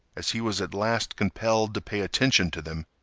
as he was at last compelled to pay attention to them,